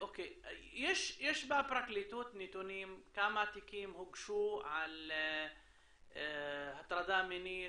יש בפרקליטות נתונים כמה תיקים הוגשו על הטרדה מינית,